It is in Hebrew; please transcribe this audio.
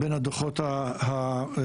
בין הדוחות הראשיים.